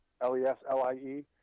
L-E-S-L-I-E